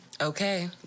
Okay